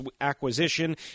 acquisition